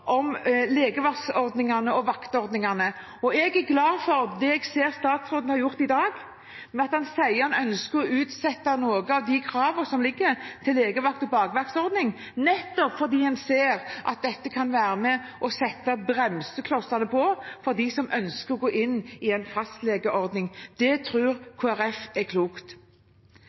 om legevaktordningene og om vaktordningene. Jeg er glad for det jeg ser statsråden har gjort i dag, der han sier at han ønsker å utsette noen av kravene til legevakt- og bakvaktordning, nettopp fordi en ser at dette kan være med og sette bremseklossene på for dem som ønsker å gå inn i en fastlegeordning. Det tror Kristelig Folkeparti er klokt.